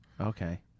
Okay